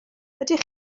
ydych